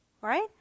Right